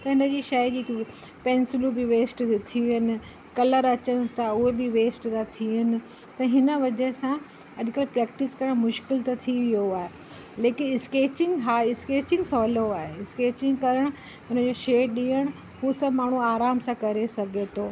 त हिन जी शइ जी पेंसिलूं बि वेस्ट थियूं थियनि कलर अचनि था उहे बि वेस्ट था थियनि त हिन वजह सां अॼुकल्ह प्रैक्टिस करणु मुश्किल त थी वियो आहे लेकिन स्कैचिंग हा स्कैचिंग सहुलो आहे स्कैचिंग करणु हुन जो शेप ॾियणु उहो सभु माण्हू आराम सां करे सघे थो